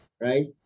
right